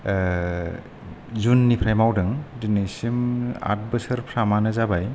औ जुननिफ्राय मावदों दिनैसिम आट बोसोरफ्रामानो जाबाय